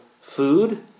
food